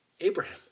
Abraham